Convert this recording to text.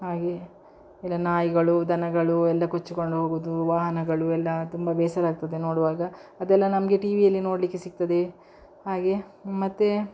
ಹಾಗೆ ಇಲ್ಲ ನಾಯಿಗಳು ದನಗಳು ಎಲ್ಲ ಕೊಚ್ಚಿಕೊಂಡು ಹೋಗುವುದು ವಾಹನಗಳು ಎಲ್ಲ ತುಂಬ ಬೇಸರ ಆಗ್ತದೆ ನೋಡುವಾಗ ಅದೆಲ್ಲ ನಮಗೆ ಟಿವಿಯಲ್ಲಿ ನೋಡಲಿಕ್ಕೆ ಸಿಗ್ತದೆ ಹಾಗೆ ಮತ್ತು